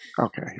Okay